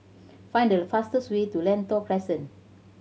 find the fastest way to Lentor Crescent